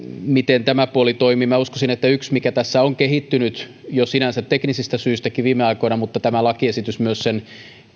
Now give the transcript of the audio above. miten tämä puoli toimii uskoisin että yksi mikä tässä on kehittynyt jo sinänsä teknisistä syistäkin viime aikoina mutta myös tämä lakiesitys sen